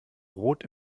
rot